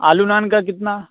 आलू नान का कितना